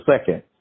second